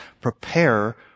Prepare